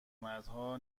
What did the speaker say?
مردها